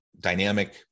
dynamic